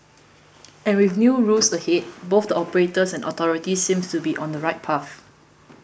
and with new rules ahead both the operators and authorities seem to be on the right path